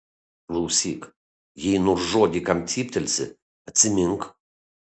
klausyk jei nors žodį kam cyptelsi atsimink